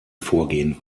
vorgehen